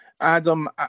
Adam